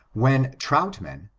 when troutman,